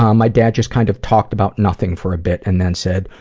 um my dad just kind of talked about nothing for a bit and then said,